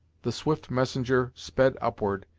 the swift messenger sped upward,